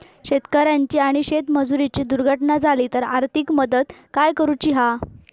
शेतकऱ्याची आणि शेतमजुराची दुर्घटना झाली तर आर्थिक मदत काय करूची हा?